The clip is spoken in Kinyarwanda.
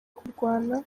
kurwana